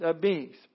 beings